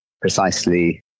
precisely